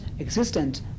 existent